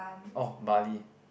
orh bali